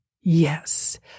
Yes